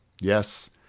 Yes